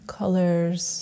colors